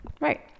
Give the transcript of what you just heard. Right